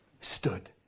stood